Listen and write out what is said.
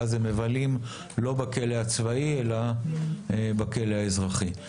ואז הם מבלים לא בכלא הצבאי אלא בכלא האזרחי.